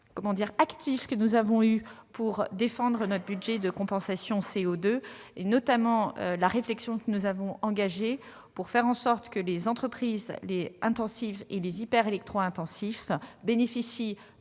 les efforts actifs que nous avons réalisés pour défendre notre budget de compensation CO2. Je pense notamment à la réflexion que nous avons engagée pour faire en sorte que les entreprises intensives et les hyper électro-intensifs bénéficient,